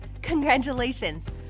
Congratulations